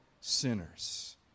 sinners